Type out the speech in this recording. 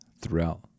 throughout